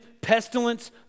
pestilence